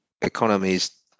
economies